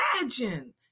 imagine